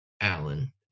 Allen